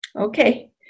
Okay